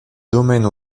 domaines